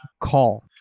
call